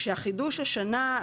כשהחידוש השנה,